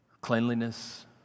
cleanliness